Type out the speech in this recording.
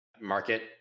Market